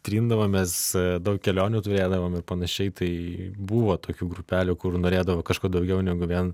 trindavomės daug kelionių turėdavom ir panašiai tai buvo tokių grupelių kur norėdavo kažko daugiau negu vien